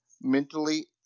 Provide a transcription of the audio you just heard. mentally